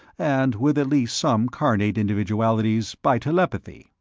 and with at least some carnate individualities, by telepathy,